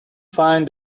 find